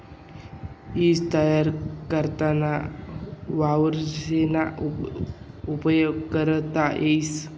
ईज तयार कराना करता वावरेसना उपेग करता येस